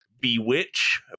bewitch